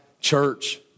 church